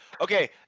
Okay